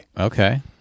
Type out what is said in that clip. okay